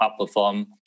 outperform